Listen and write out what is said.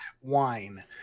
wine